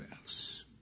else